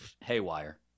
haywire